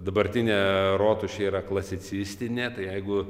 dabartinė rotušė yra klasicistinė jeigu